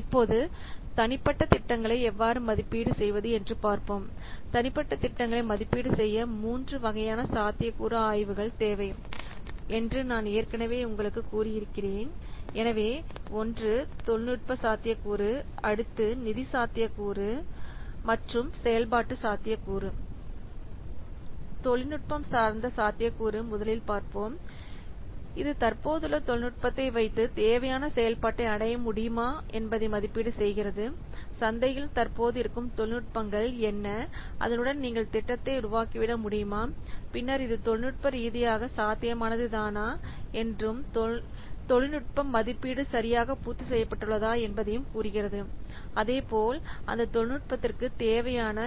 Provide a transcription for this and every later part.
இப்போது தனிப்பட்ட திட்டங்களை எவ்வாறு மதிப்பீடு செய்வது என்று பார்ப்போம் தனிப்பட்ட திட்டங்களை மதிப்பீடு செய்ய மூன்று வகையான சாத்தியக்கூறு ஆய்வுகள் தேவை என்று நான் ஏற்கனவே உங்களுக்கு கூறி இருக்கிறேன் எனவே ஒன்று தொழில்நுட்ப சாத்தியக்கூறு அடுத்து நிதி சாத்தியக்கூறு மற்றும் செயல்பாட்டு சாத்தியக்கூறு தொழில்நுட்பம் சார்ந்த சாத்தியக்கூறு முதலில் பார்ப்போம் இது தற்போதுள்ள தொழில்நுட்பத்தை வைத்து தேவையான செயல்பாட்டை அடைய முடியுமா என்பதை மதிப்பீடு செய்கிறது சந்தையில் தற்போது இருக்கும் தொழில்நுட்பங்கள் என்ன அதனுடன் நீங்கள் திட்டத்தை உருவாக்கிவிட முடியுமா பின்னர் இது தொழில்நுட்ப ரீதியாக சாத்தியமானது தானா என்றும் தொழில்நுட்ப மதிப்பீடு சரியாக பூர்த்தி செய்யப்பட்டுள்ளதா என்பதையும் கூறுகிறது அதேபோல் அந்த தொழில்நுட்பத்திற்கு தேவையான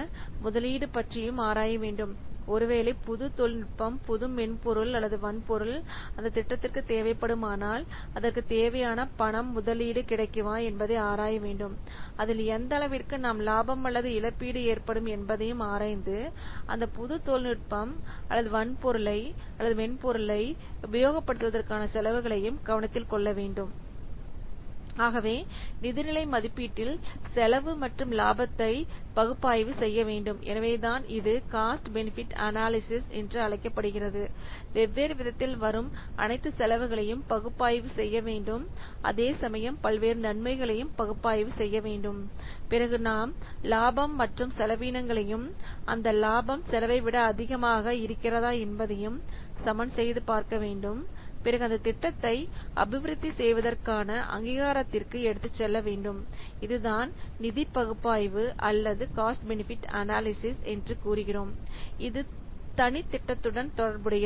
முதலீடு பற்றியும் ஆராய வேண்டும் ஒருவேளை புது தொழில்நுட்பம் புதுமென்பொருள் அல்லது வன்பொருள் அந்த திட்டத்திற்கு தேவைப்படுமானால் அதற்கு தேவையான பணம் முதலீடு கிடைக்குமா என்பதை ஆராய வேண்டும் அதில் எந்த அளவிற்கு நமக்கு லாபம் அல்லது இழப்பீடு ஏற்படும் என்பதையும் ஆராய்ந்து அந்தப் புது தொழில்நுட்பம் அல்லது வன்பொருள் அல்லது மென்பொருள் உபயோகப் படுத்துவதற்கான செலவுகளையும் கவனத்தில் கொள்ள வேண்டும் ஆகவே நிதிநிலை மதிப்பீட்டில் செலவு மற்றும் லாபத்தை பகுப்பாய்வு செய்ய வேண்டும் எனவேதான் இது காஸ்ட் பெனிஃபிட் அனாலிசிஸ் என்று அழைக்கப்படுகிறது வெவ்வேறு விதத்தில் வரும் அனைத்து செலவுகளையும் பகுப்பாய்வு செய்ய வேண்டும் அதேசமயம் பல்வேறு நன்மைகளையும் பகுப்பாய்வு செய்ய வேண்டும் பிறகு நாம் லாபம் மற்றும் செலவினங்களையும் அந்த லாபம் செலவைவிட அதிகமாக இருக்கிறதா என்பதை சமன்செய்து பார்க்க வேண்டும் பிறகு அந்த திட்டத்தை அபிவிருத்தி செய்வதற்கான அங்கீகாரத்திற்கு எடுத்துச் செல்ல வேண்டும் இதுதான் நிதி பகுப்பாய்வு அல்லது காஸ்ட் பெனெஃபிட் அனாலிசிஸ் என்று கூறுகிறோம் இது தனி திட்டத்துடன் தொடர்புடையது